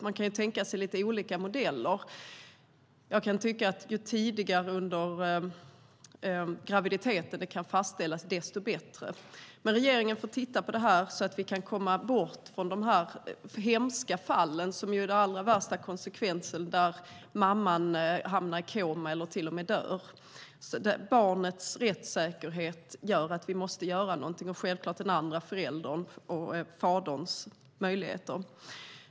Man kan tänka sig lite olika modeller. Ju tidigare under graviditeten som faderskapet kan fastställas, desto bättre är det. Men regeringen får se över detta så att vi kan undvika hemska fall där den värsta konsekvensen uppkommer om mamman hamnar i koma eller till och med dör. För barnets rättssäkerhet måste vi göra något, och självklart även för den andra förälderns, faderns, möjligheter.